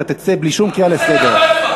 אתה האחרון שיגיד משפט כזה.